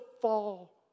fall